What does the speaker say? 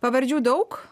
pavardžių daug